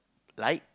like